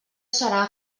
serà